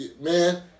man